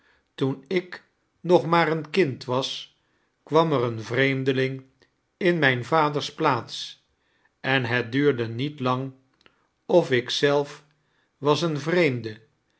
toen ik nog maar een kind wasi kwam er een vreemdeling in mijn vadens plaats en het duurde niet lang of ik zelf was een vreemde